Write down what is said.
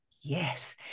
Yes